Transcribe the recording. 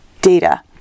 data